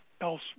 else